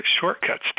shortcuts